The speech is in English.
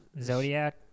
Zodiac